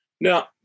Now